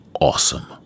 awesome